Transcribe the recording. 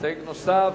מסתייג נוסף,